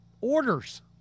orders